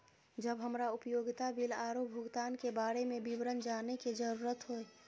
जब हमरा उपयोगिता बिल आरो भुगतान के बारे में विवरण जानय के जरुरत होय?